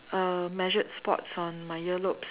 uh measured spots on my ear lobes